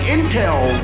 Intel